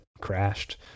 crashed